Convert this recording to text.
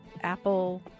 Apple